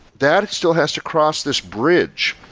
that still has to cross this bridge.